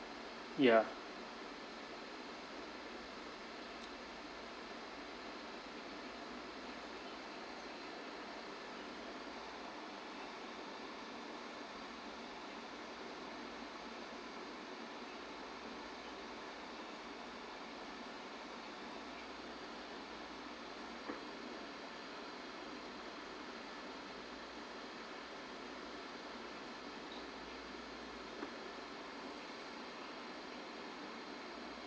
ya